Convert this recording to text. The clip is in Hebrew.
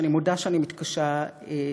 שאני מודה שאני מתקשה לעכל,